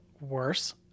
worse